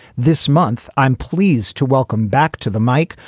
this month. i'm pleased to welcome back to the mike,